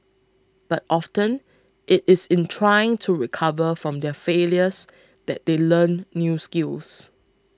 but often it is in trying to recover from their failures that they learn new skills